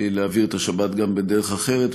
להעביר את השבת גם בדרך אחרת,